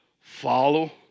Follow